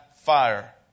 fire